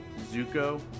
Zuko